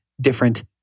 different